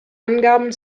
angaben